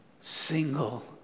single